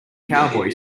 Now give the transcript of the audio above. cowboy